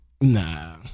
Nah